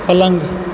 पलङ्ग